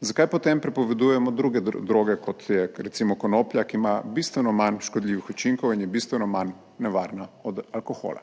Zakaj potem prepovedujemo druge droge kot je recimo konoplja, ki ima bistveno manj škodljivih učinkov in je bistveno manj nevarna od alkohola.